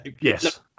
Yes